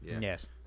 Yes